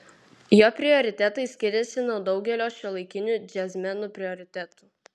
jo prioritetai skiriasi nuo daugelio šiuolaikinių džiazmenų prioritetų